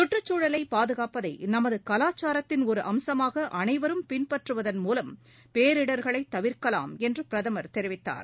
சுற்றுச்சூழலை பாதுகாப்பதை நமது கவாச்சாரத்தின் ஒரு அம்சமாக அனைவரும் பின்பற்றுவதன் மூலம் பேரிடர்களை தவிர்க்கலாம் என்று பிரதமர் தெரிவித்தார்